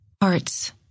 parts